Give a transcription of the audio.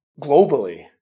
globally